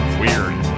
weird